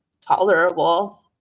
tolerable